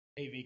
AV